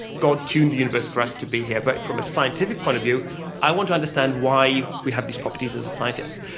god tuned the universe for us to be here, but from a scientific point of view i want to understand why we have these properties as a scientist.